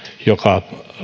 joka